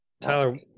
Tyler